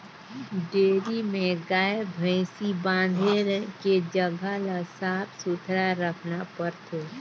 dairy में गाय, भइसी बांधे के जघा ल साफ सुथरा रखना परथे